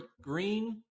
green